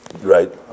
Right